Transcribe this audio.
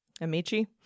amici